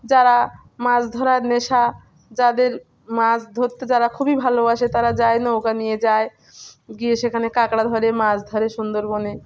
যারা মাছ ধরার নেশা যাদের মাছ ধরতে যারা খুবই ভালোবাসে তারা যায় নৌকা নিয়ে যায় গিয়ে সেখানে কাঁকড়া ধরে মাছ ধরে সুন্দরবনে